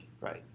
Right